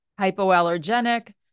hypoallergenic